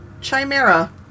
Chimera